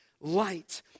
Light